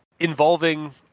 involving